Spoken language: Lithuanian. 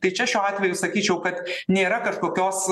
tai čia šiuo atveju sakyčiau kad nėra kažkokios